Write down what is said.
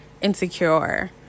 Insecure